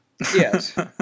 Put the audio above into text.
yes